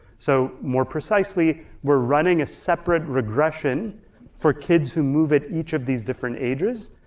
so more precisely we're running a separate regression for kids who move at each of these different ages,